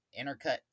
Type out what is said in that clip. intercut